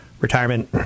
retirement